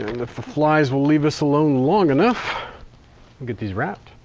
the flies will leave us alone long enough. we'll get these wrapped.